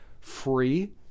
free